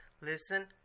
listen